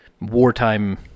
wartime